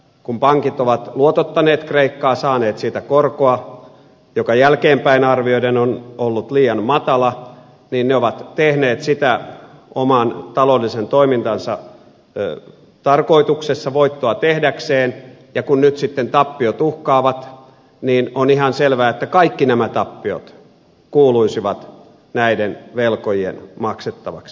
kun pankit ovat luotottaneet kreikkaa saaneet siitä korkoa joka jälkeenpäin arvioiden on ollut liian matala niin ne ovat tehneet sitä oman taloudellisen toimintansa tarkoituksessa voittoa tehdäkseen ja kun nyt sitten tappiot uhkaavat niin on ihan selvää että kaikki nämä tappiot kuuluisivat näiden velkojien maksettavaksi